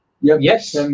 Yes